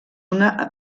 una